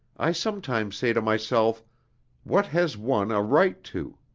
i sometimes say to myself what has one a right to?